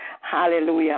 Hallelujah